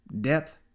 depth